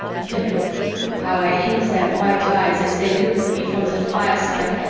women how i hate their bright eyes as they look at me from the fireside,